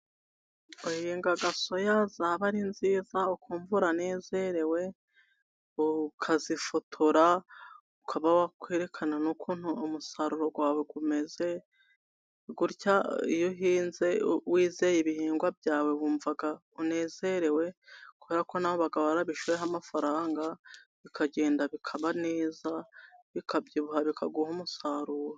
Uhinga soya zaba ari nziza ukumvu uranezerewe, ukazifotora ukaba wakwerekana ukuntu umusaruro wawe umeze gutya. Iyo uhinze wizeye ibihingwa byawe wumva unezerewe kuberako uba warabishyoyemo amafaranga, bikagenda bikaba neza bikabyibuha bikaguha umusaruro.